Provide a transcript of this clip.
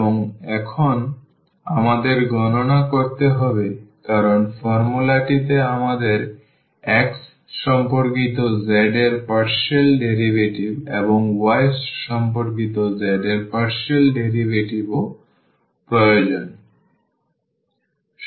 এবং এখন আমাদের গণনা করতে হবে কারণ ফর্মুলাটিতে আমাদের x সম্পর্কিত z এর পার্শিয়াল ডেরিভেটিভ এবং y সম্পর্কিত z এর পার্শিয়াল ডেরিভেটিভও প্রয়োজন